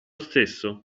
stesso